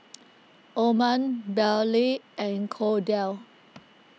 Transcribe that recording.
Orren Bailee and Kordell